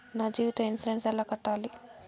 నా జీవిత ఇన్సూరెన్సు ఎలా కట్టాలి?